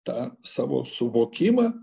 tą savo suvokimą